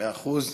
מאה אחוז.